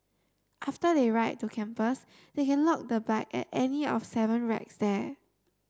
after they ride to campus they can lock the bike at any of seven racks there